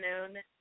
afternoon